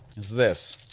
is this.